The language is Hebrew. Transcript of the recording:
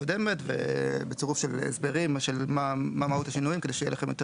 הקודמת בצירוף של הסברים של מה מהות השינויים כדי שיהיה לכם יותר